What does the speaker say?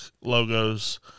logos